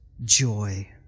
joy